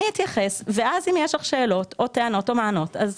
אני אתייחס ואז אם יש לך שאלות או טענות או מענות אז